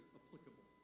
applicable